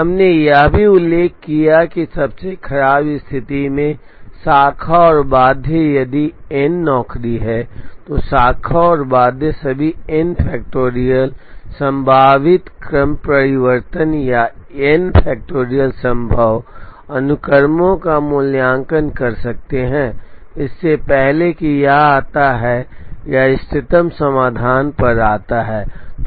हमने यह भी उल्लेख किया है कि सबसे खराब स्थिति में शाखा और बाध्य यदि एन नौकरी है तो शाखा और बाध्य सभी n factorial संभावित क्रमपरिवर्तन या n factorial संभव अनुक्रमों का मूल्यांकन कर सकते हैं इससे पहले कि यह आता है या इष्टतम समाधान पर आता है